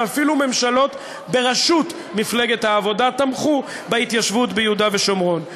ואפילו ממשלות בראשות מפלגת העבודה תמכו בהתיישבות ביהודה ושומרון.